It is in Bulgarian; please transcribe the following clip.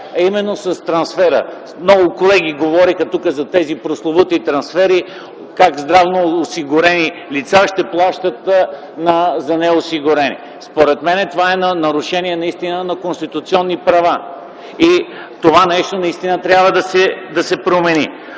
именно с трансфера. Много колеги говориха тук за тези прословути трансфери - как здравноосигурени лица ще плащат за неосигурени. Според мен, това е едно нарушение на конституционни права. Това наистина трябва да се промени.